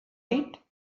dit